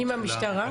עם המשטרה?